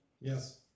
Yes